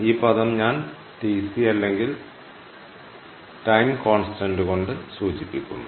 ഈ പദം ഞാൻ Tc അല്ലെങ്കിൽ സമയ സ്ഥിരാങ്കം കൊണ്ട് സൂചിപ്പിക്കും